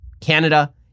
Canada